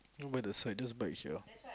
no but the siders bite sia